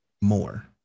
more